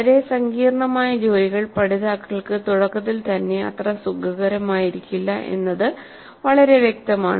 വളരെ സങ്കീർണ്ണമായ ജോലികൾ പഠിതാക്കൾക്ക് തുടക്കത്തിൽ തന്നെ അത്ര സുഖകരമായിരിക്കില്ല എന്നത് വളരെ വ്യക്തമാണ്